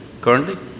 currently